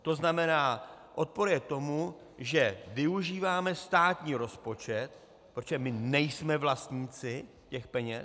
To znamená, odporuje tomu, že využíváme státní rozpočet protože my nejsme vlastníci těch peněz.